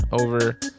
over